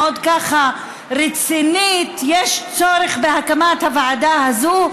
מאוד רצינית: יש צורך בהקמת הוועדה הזו,